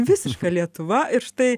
visiška lietuva ir štai